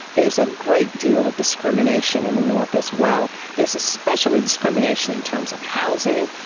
there's a great deal of discrimination in the north as well. there's especially discrimination in terms of housing,